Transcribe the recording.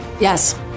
Yes